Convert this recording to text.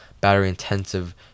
battery-intensive